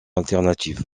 alternative